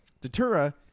Datura